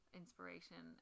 inspiration